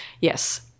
yes